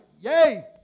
yay